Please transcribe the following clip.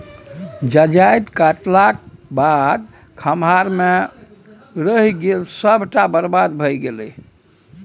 जजाति काटलाक बाद खम्हारे मे रहि गेल सभटा बरबाद भए गेलै